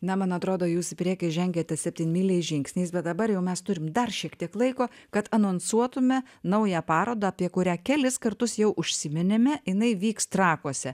na man atrodo jūs į priekį žengiate septynmyliais žingsniais bet dabar jau mes turime dar šiek tiek laiko kad anonsuotame naują parodą apie kurią kelis kartus jau užsiminėme jinai vyks trakuose